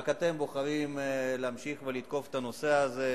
רק אתם בוחרים להמשיך ולתקוף את הנושא הזה.